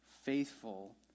faithful